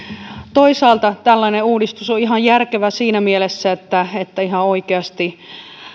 toisaalta tällainen uudistus on ihan järkevä siinä mielessä että että ihan oikeasti